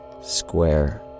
square